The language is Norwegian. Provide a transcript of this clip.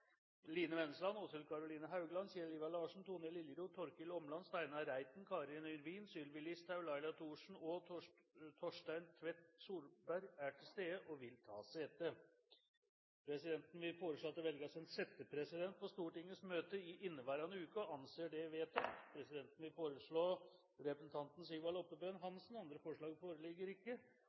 Line Vennesland, Åshild Karoline Haugland, Kjell Ivar Larsen, Tone Liljeroth, Torkil Åmland, Steinar Reiten, Karin Yrvin, Sylvi Listhaug, Laila Thorsen og Torstein Tvedt Solberg er til stede og vil ta sete. Presidenten vil foreslå at det velges en settepresident for Stortingets møter i innværende uke – og anser det som vedtatt. Presidenten foreslår representanten Sigvald Oppebøen Hansen. – Andre forslag foreligger ikke,